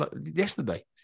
yesterday